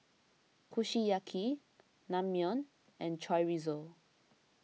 Kushiyaki Naengmyeon and Chorizo